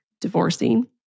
divorcing